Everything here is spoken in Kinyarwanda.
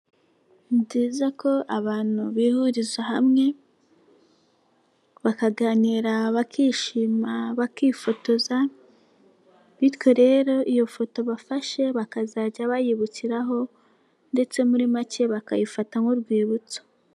Ni byiza ko abantu bihuriza hamwe bakaganira, bakishima, bakifotoza, bityo rero iyo foto bafashe bakazajya bayibukiraho ndetse muri make bakayifata nk'urwibutso.